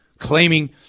Claiming